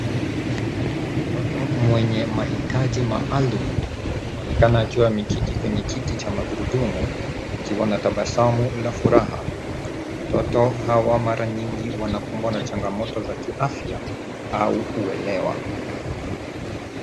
Mtoto mwenye mahitaji maalum anaonekana akiwa ameketi kwenye kiti cha magurudumu akiwa na tabasamu la furaha. Watoto hawa mara nyingi wanakumbwa na changamoto za kiafya au uelewa.